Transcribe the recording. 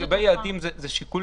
לגבי היעדים זה שיקול